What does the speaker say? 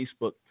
Facebook